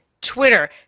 Twitter